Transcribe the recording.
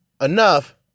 enough